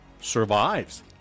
survives